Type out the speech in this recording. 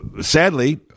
sadly